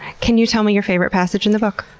can you tell me your favorite passage in the book?